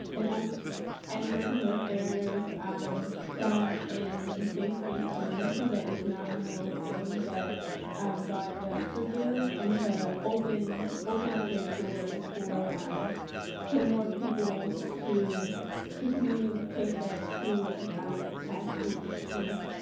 and and so and breaking those barriers um down in the faith-based community, that is not a moral failing that god does forgive and to open open up their doors for um for more people to to communicate that to the pastors, the priests,